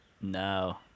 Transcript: No